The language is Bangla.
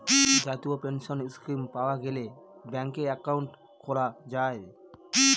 জাতীয় পেনসন স্কীম পাওয়া গেলে ব্যাঙ্কে একাউন্ট খোলা যায়